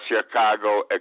Chicago